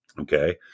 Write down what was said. Okay